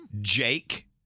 Jake